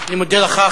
אני מודה לך.